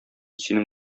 синең